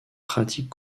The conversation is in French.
pratique